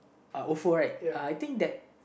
uh ofo right I think that